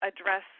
address